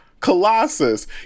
colossus